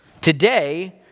Today